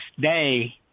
day